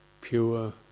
pure